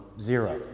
zero